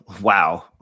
wow